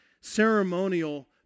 ceremonial